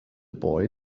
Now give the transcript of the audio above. boy